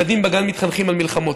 ילדים בגן מתחנכים על מלחמות,